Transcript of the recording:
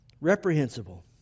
Reprehensible